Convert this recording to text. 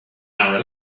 hour